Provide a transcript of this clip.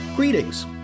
Greetings